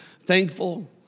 thankful